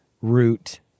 root